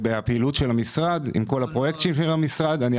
בפעילות של המשרד, עם כל הפרויקטים של המשרד.